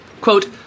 Quote